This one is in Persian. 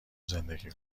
زندگی